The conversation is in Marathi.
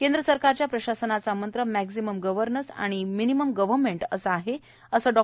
केंद्र सरकारच्या प्रशासनाचा मंत्र मॅक्झिमम गव्हर्नन्स आणि मिनिमम गव्हर्मेंट आहे असे डॉ